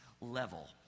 level